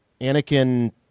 Anakin